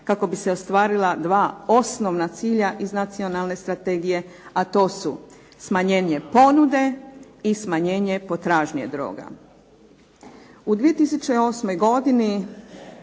kako bi se ostvarila 2 osnovna cilja iz nacionalne strategije, a to su smanjenje ponude i smanjenje potražnje droga. U 2008. godini